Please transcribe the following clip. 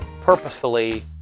purposefully